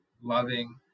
loving